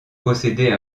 posséder